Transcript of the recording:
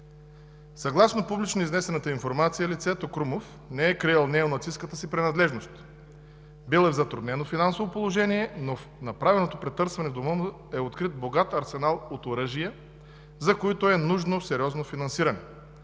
Съгласно публично изнесената информация, лицето Крумов не е криел неонацистката си принадлежност. Бил е в затруднено финансово положение, но в направеното претърсване в дома му е открит богат арсенал от оръжия, за които е нужно сериозно финансиране.